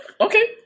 okay